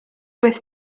beth